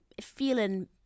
feeling